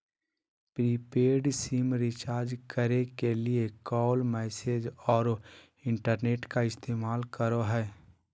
prepaid SIM recharge करे के लिए कॉल, मैसेज औरो इंटरनेट का इस्तेमाल करो हइ